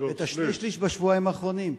ואת שני-השלישים בשבועיים האחרונים?